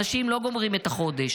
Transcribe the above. אנשים לא גומרים את החודש.